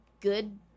good